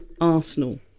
Arsenal